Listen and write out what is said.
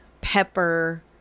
pepper